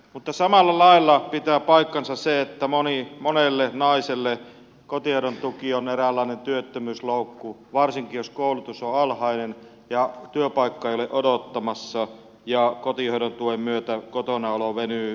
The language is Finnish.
mutta samalla lailla pitää paikkansa se että monelle naiselle kotihoidon tuki on eräänlainen työttömyysloukku varsinkin jos koulutus on alhainen työpaikka ei ole odottamassa ja kotihoidon tuen myötä kotona olo venyy vuosikausiksi